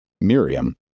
Miriam